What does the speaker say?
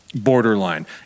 borderline